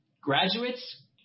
Graduates